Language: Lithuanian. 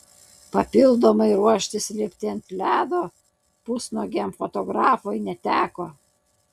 papildomai ruoštis lipti ant ledo pusnuogiam fotografui neteko